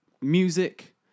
music